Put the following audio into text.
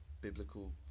biblical